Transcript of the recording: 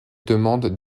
demande